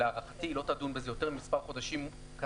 ולהערכתי היא לא תדון בזה יותר ממספר חודשים קצר.